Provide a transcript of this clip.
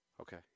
Okay